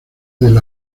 del